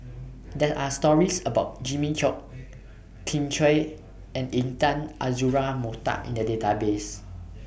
There Are stories about Jimmy Chok Kin Chui and Intan Azura Mokhtar in The Database